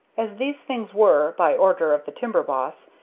as these things were, by order of the timber boss,